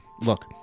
Look